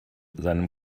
seinem